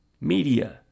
media